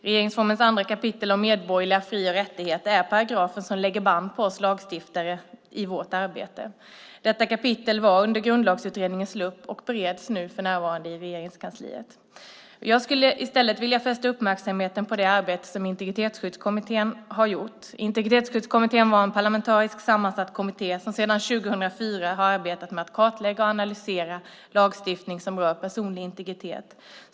Regeringsformens 2 kap. om medborgerliga fri och rättigheter innehåller paragrafer som lägger band på oss lagstiftare i vårt arbete. Detta kapitel var under Grundlagsutredningens lupp och bereds för närvarande i Regeringskansliet. Jag skulle i stället vilja fästa uppmärksamheten på det arbete som Integritetsskyddskommittén har gjort. Integritetsskyddskommittén är en parlamentariskt sammansatt kommitté som sedan 2004 har arbetat med att kartlägga och analysera lagstiftning som rör personlig integritet.